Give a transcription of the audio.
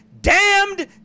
damned